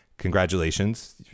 Congratulations